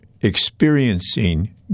experiencing